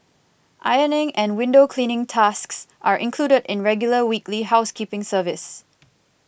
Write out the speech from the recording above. ironing and window cleaning tasks are included in regular weekly housekeeping service